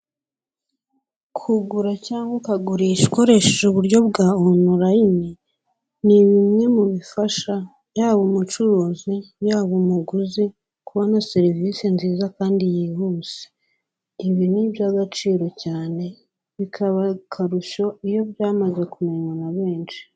Kugura cyangwa ukagurisha ukoresheje uburyo bwa onurayini, ni bimwe mu bifasha, yaba umucuruzi, yaba umuguzi, kubona serivisi nziza kandi yihuse, ibi ni iby'agaciro cyane bikaba akarusho iyo byamaze kumenywa na benshi.